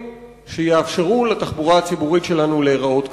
שיאפשרו לתחבורה הציבורית שלנו להיראות כך.